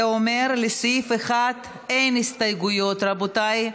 זה אומר שלסעיף 1 אין הסתייגויות, רבותיי,